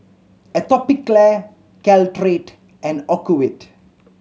Atopiclair Caltrate and Ocuvite